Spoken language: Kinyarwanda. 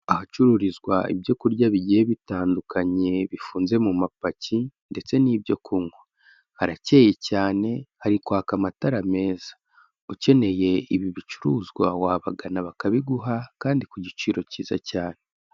Ahacururizwa ibyoku kurya bigiye bitandukanye, bifunze mu mapaki ndetse n'ibyo kunywa, harakeye cyane hari kwaka amatara meza, ukeneye ibi bicuruzwa, wabagana bakabiguha kandi ku giciro kiza cyane.